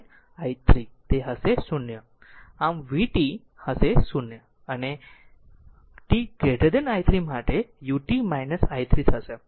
આમ vt હશે 0 અને t i 3 માટે u t u t i 3 થશે